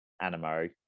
animo